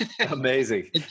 Amazing